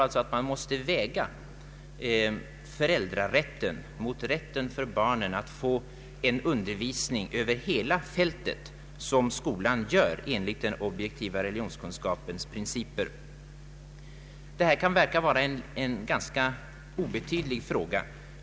Jag tror att man måste väga föräldrarätten mot rätten för barnen att få den undervisning över hela fältet, som skolan ger enligt den objektiva religionskunskapens principer. Detta kan förefalla att vara en ganska obetydlig fråga.